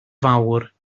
fawr